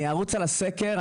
אני ארוץ על הסקר.